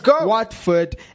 Watford